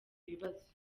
ibibazo